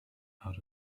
out